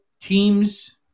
teams